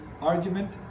argument